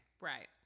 Right